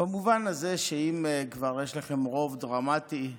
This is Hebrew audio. במובן הזה שאם כבר יש לכם רוב דרמטי וממשלה,